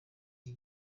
iki